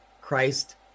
Christ